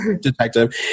detective